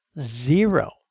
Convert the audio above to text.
Zero